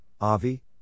Avi